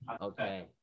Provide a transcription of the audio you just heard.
okay